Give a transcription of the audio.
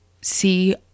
see